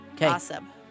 Awesome